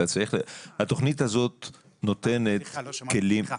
נותנת כלים